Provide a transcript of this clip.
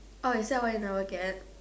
oh is that why you never get